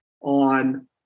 on